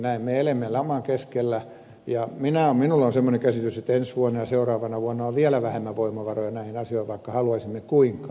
me elämme laman keskellä ja minulla on semmoinen käsitys että ensi vuonna ja seuraavana vuonna on vielä vähemmän voimavaroja näihin asioihin vaikka haluaisimme kuinka